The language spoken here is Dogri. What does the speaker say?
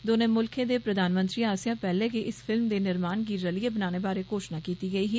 दौनें मुल्खें दे प्रधानमंत्रिएं आस्सेआ पैहले गै इस फिल्म दे निर्माण गी रलियै बनाने बारै घोषणा कीती गेई ही